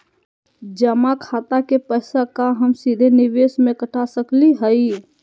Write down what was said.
जमा खाता के पैसा का हम सीधे निवेस में कटा सकली हई?